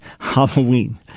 Halloween